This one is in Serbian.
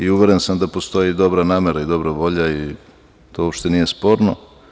Uveren sam da postoji dobra namera i dobra volja, to uopšte nije sporno.